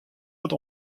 wat